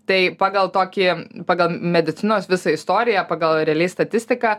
tai pagal tokį pagal medicinos visą istoriją pagal realiai statistiką